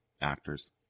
actors